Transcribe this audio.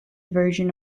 version